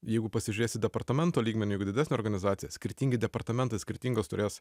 jeigu pasižiūrėsi departamento lygmeniu jeigu didesnė organizacija skirtingi departamentai skirtingas turės